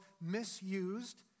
misused